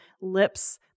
lips